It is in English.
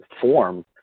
form